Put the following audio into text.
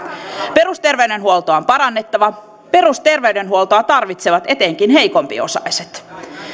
perusterveydenhuoltoa on parannettava perusterveydenhuoltoa tarvitsevat etenkin heikompiosaiset